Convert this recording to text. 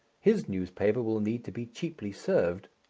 his newspaper will need to be cheaply served,